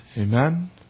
Amen